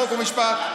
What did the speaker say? חוק ומשפט.